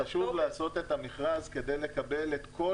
וחשוב לעשות את המכרז כדי לקבל את כל